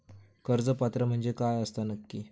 कर्ज पात्र म्हणजे काय असता नक्की?